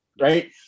right